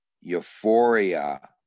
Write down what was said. euphoria